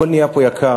הכול נהיה פה יקר,